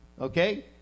Okay